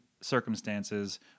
circumstances